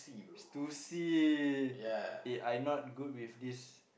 two C eh I not good with this